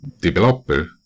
developer